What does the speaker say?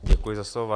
Děkuji za slovo.